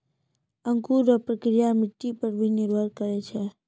अंकुर रो प्रक्रिया मट्टी पर भी निर्भर करै छै